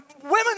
Women